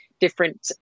different